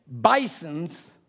bisons